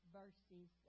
verses